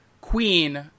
queen